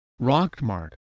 Rockmart